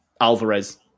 Alvarez